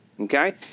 okay